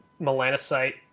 melanocyte